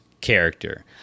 character